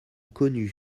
connue